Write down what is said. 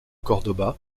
córdoba